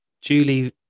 julie